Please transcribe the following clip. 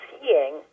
seeing